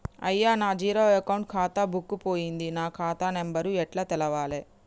అయ్యా నా zero account ఖాతా బుక్కు పోయింది నా ఖాతా నెంబరు ఎట్ల తెలవాలే?